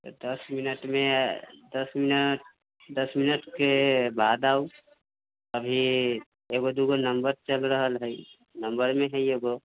दस मिनटमे दस मिनट दस मिनटके बाद आउ अभी एगो दुगो नम्बर चलि रहल हइ नम्बरमे हइ एगो